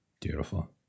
beautiful